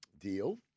deal